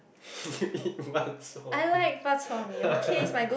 you eat bak-chor-mee yeah